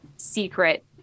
secret